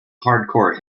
hardcore